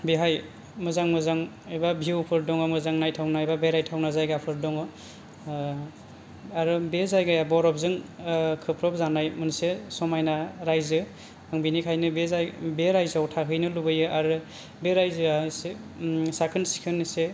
बेहाय मोजां मोजां एबा बिउफोर दङ मोजां नायथाव नायबा बेरायथावना जायगाफोर दङ आरो बे जायगाया बरफजों खोबफब जानाय मोनसे समायना रायजो बिनिखायनो बे जायगा बे रायजोआव थाहैनो लुबैयो आरो बे रायजोया एसे साखोन सिखोन एसे